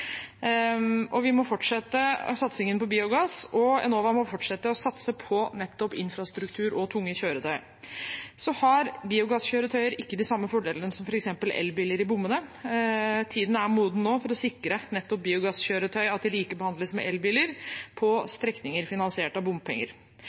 Vi må fortsette satsingen på biogass, og Enova må fortsette å satse på nettopp infrastruktur og tunge kjøretøy. Biogasskjøretøy har ikke de samme fordelene som f.eks. elbiler i bommene. Tiden er nå moden for å sikre at biogasskjøretøy likebehandles med elbiler på